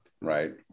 right